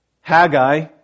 Haggai